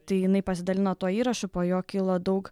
tai jinai pasidalino tuo įrašu po jo kilo daug